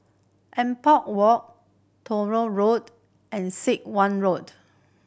Ampang Walk Tronoh Road and Sit Wah Road